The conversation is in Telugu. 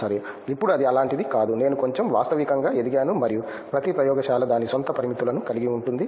సరే ఇప్పుడు అది అలాంటిది కాదు నేను కొంచెం వాస్తవికంగా ఎదిగాను మరియు ప్రతి ప్రయోగశాల దాని స్వంత పరిమితులను కలిగి ఉంటుంది